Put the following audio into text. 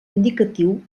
indicatiu